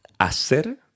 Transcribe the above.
hacer